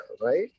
right